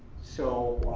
so,